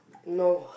no